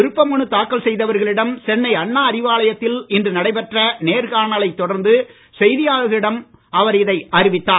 விருப்ப மனு தாக்கல் செய்தவர்களிடம் சென்னை அண்ணா அறிவாலயத்தில் இன்று நடைபெற்ற நேர்காணலைத் தொடர்ந்து செய்தியாளர்களிடம் அவர் இதை அறிவித்தார்